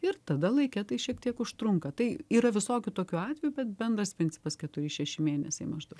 ir tada laike tai šiek tiek užtrunka tai yra visokių tokių atvejų bet bendras principas keturi šeši mėnesiai maždaug